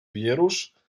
wierusz